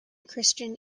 christine